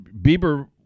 Bieber